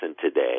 today